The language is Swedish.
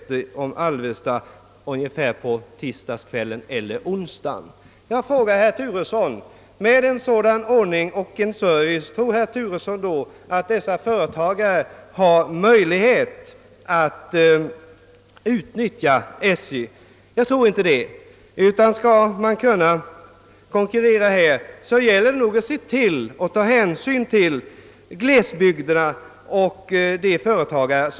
Tror herr Turesson att företagarna med sådan service har möjlighet att utnyttja SJ? Jag tror inte det. Skall SJ kunna konkurrera, gäller det nog att ta hänsyn också till glesbygdernas folk och företagare.